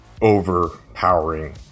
overpowering